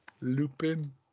Lupin